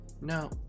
No